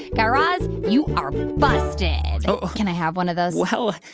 guy raz, you are busted. can i have one of those? well,